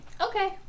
Okay